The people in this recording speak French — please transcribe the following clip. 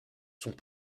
sont